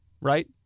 right